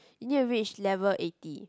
you need to reach level eighty